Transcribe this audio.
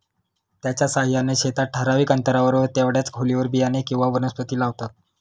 त्याच्या साहाय्याने शेतात ठराविक अंतरावर व तेवढ्याच खोलीवर बियाणे किंवा वनस्पती लावतात